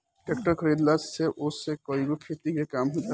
tractor खरीदला से ओसे कईगो खेती के काम हो जाला